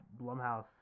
Blumhouse